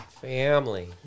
Family